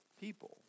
people